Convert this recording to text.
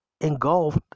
engulfed